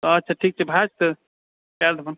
अच्छा ठीकछै भऽ जेतए आयब हम